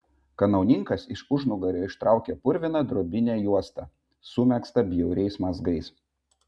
kanauninkas iš užnugario ištraukė purviną drobinę juostą sumegztą bjauriais mazgais